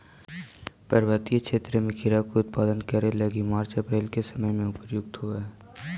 पर्वतीय क्षेत्र में खीरा के उत्पादन करे लगी मार्च अप्रैल के समय उपयुक्त होवऽ हई